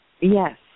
Yes